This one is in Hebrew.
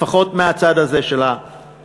לפחות מהצד הזה של המליאה,